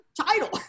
title